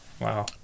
Wow